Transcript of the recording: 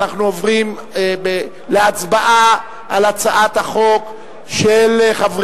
אנחנו עוברים להצבעה על הצעת החוק של חבר